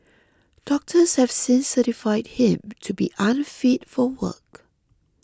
doctors have since certified him to be unfit for work